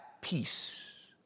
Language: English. peace